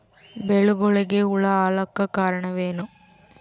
ಬೆಳಿಗೊಳಿಗ ಹುಳ ಆಲಕ್ಕ ಕಾರಣಯೇನು?